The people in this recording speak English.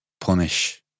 punish